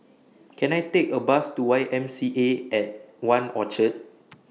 Can I Take A Bus to Y M C A At one Orchard